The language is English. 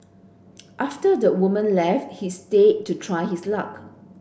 after the woman left he stayed to try his luck